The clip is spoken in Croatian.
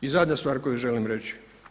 I zadnja stvar koju želim reći.